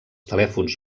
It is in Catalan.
telèfons